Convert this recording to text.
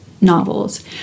novels